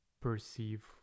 perceive